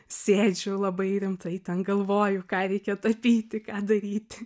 sėdžiu labai rimtai ten galvoju ką reikia tapyti ką daryti